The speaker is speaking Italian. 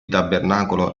tabernacolo